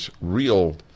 real